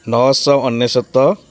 ନଅଶହ ଅନେଶ୍ୱତ